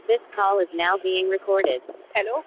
this call is now been recorded hello